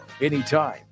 anytime